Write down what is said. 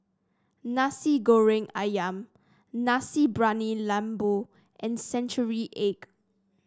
Nasi Goreng ayam Nasi Briyani Lembu and Century Egg